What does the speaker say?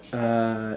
uh